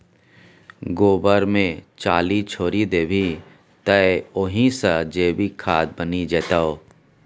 गोबर मे चाली छोरि देबही तए ओहि सँ जैविक खाद बनि जेतौ